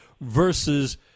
versus